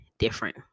Different